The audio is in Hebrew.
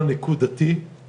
כל הנוכחים פה, אני